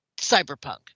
Cyberpunk